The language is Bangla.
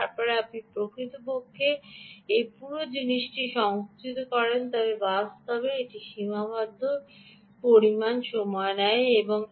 এবং তারপরে আপনি প্রকৃতপক্ষে এই পুরো জিনিসটি সংকুচিত করেন তবে বাস্তবে এটি সীমাবদ্ধ পরিমাণ সময় নেয়